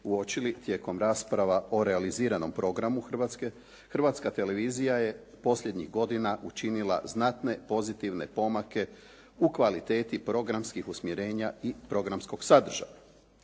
uočili tijekom rasprava o realiziranom programu Hrvatske, Hrvatska televizija je posljednjih godina učinila znatne pozitivne pomake u kvaliteti programskih usmjerenja i programskog sadržaja.